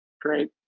great